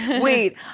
wait